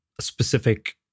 specific